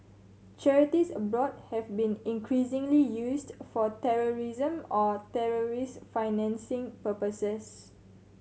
charities abroad have been increasingly used for terrorism or terrorist financing purposes